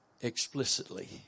Explicitly